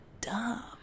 dumb